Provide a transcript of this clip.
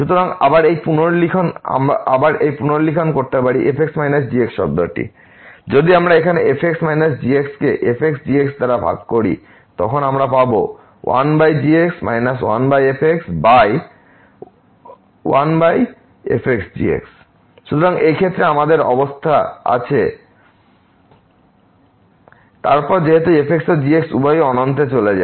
সুতরাং আমরা আবার এই পুনর্লিখন করতে পারি fx gx শব্দটি যদি আমরা এখানে fx gx কে fxgx দ্বারা ভাগ করি তখন আমরা পাবো 1gx 1fx1fxg সুতরাং এই ক্ষেত্রে আমাদের অবস্থা আছে এবং তারপর যেহেতু f এবং g উভয়ই অনন্তে চলে যায়